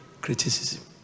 criticism